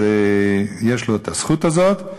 יש לו הזכות הזאת.